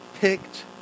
picked